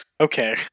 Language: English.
Okay